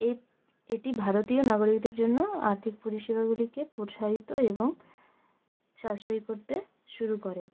এই এটি ভারতীয় নাগরিকদের জন্য আর্থিক পরিষেবাগুলিকে প্রসারিত এবং সাশ্রয়ী করতে শুরু করে